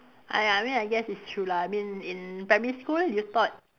ah ya I mean I guess it's true lah I mean in primary school you thought